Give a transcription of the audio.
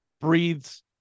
breathes